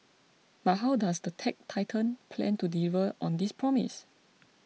but how does the tech titan plan to deliver on this promise